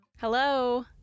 Hello